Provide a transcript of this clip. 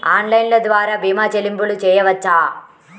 Online ద్వార భీమా చెల్లింపులు చేయవచ్చా?